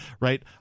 right